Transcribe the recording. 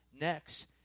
next